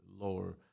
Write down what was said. lower